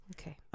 Okay